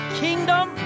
kingdom